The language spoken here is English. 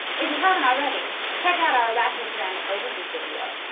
if you haven't already, check out our arachnid brand overview video.